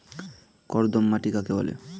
কর্দম মাটি কাকে বলে?